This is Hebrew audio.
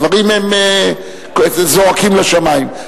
הדברים זועקים לשמים.